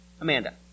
Amanda